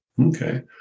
Okay